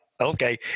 okay